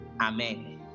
amen